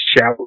shout